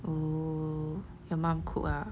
oh your mom cook ah